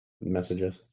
messages